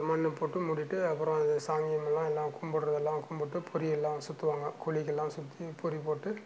மண்ணு போட்டு மூடிட்டு அப்புறோம் அது சாங்கியமெல்லாம் எல்லாம் கும்பிட்றது எல்லாம் கும்பிட்டு பொரி எல்லாம் சுற்றுவாங்க குழிக்கெல்லாம் சுற்றி பொரி போட்டு